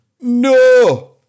No